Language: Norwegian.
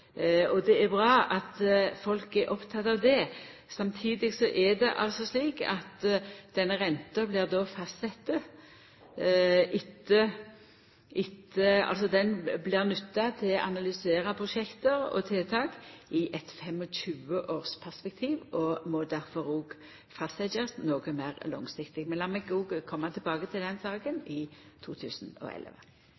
bra at folk er opptekne av det. Samtidig er det altså slik at denne renta blir nytta til å analysera prosjekt og tiltak i eit 25-årsperspektiv, og må difor òg fastsetjast noko meir langsiktig. Men lat meg koma tilbake til den saka